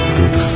good